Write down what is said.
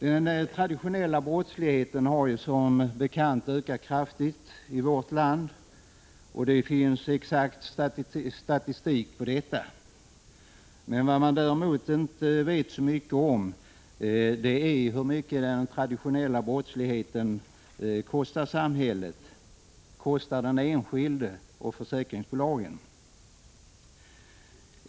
Den traditionella brottsligheten har som bekant ökat kraftigt i vårt land. Det finns det exakt statistik på. Men vad man inte vet så mycket om är hur mycket denna traditionella brottslighet kostar samhället, enskilda och försäkringsbolag.